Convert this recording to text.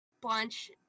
bunch